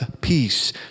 peace